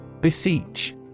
B-E-S-E-E-C-H